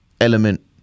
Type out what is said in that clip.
element